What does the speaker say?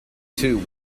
two